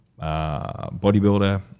bodybuilder